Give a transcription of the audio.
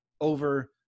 over